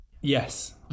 Yes